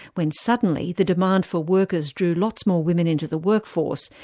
when suddenly the demand for workers drew lots more women into the workforce,